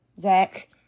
Zach